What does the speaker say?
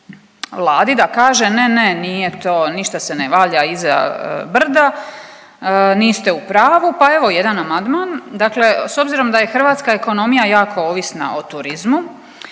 da kaže, ne, ne, nije to, ništa se ne valja iza brda, niste u pravu, pa evo, jedan amandman, dakle s obzirom da je hrvatska ekonomija jako ovisna o turizmu,